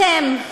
אתם,